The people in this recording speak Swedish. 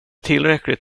tillräckligt